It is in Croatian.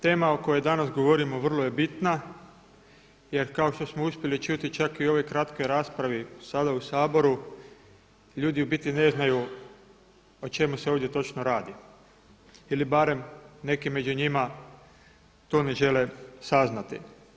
Tema o kojoj danas govorimo vrlo je bitna jer kao što smo uspjeli čuti čak i u ovoj kratkoj raspravi sada u Saboru, ljudi u biti ne znaju o čemu se ovdje točno radi ili barem neki među njima to ne žele saznati.